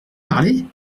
parler